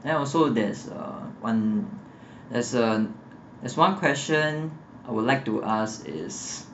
then also there's uh one there's uh there's one question I would like to ask is